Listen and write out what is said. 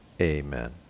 amen